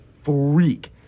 freak